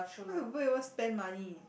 why would people even spend money